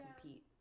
compete